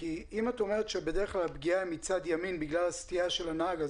אם את אומרת שבדרך כלל הפגיעה היא מצד ימין בגלל הסטייה של הנהג,